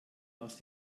aus